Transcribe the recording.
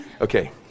Okay